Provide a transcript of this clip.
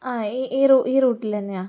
ആ ഈ ഈ റൂട്ട് റൂട്ടിൽ തന്നെയാ